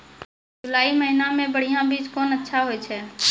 जुलाई महीने मे बढ़िया बीज कौन अच्छा होय छै?